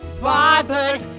Bothered